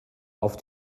auf